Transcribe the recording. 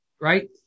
right